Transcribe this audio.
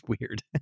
weird